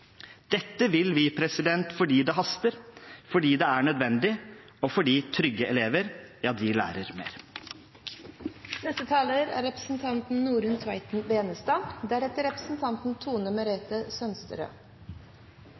Dette vil vi fordi det haster, fordi det er nødvendig, og fordi trygge elever